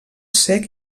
sec